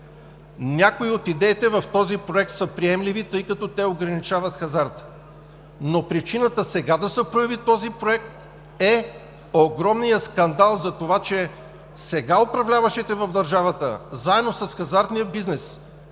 някои от идеите в този проект са приемливи, тъй като те ограничават хазарта, но причината сега да се появи този проект е огромният скандал за това, че сега управляващите в държавата, заедно с хазартния бизнес,